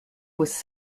was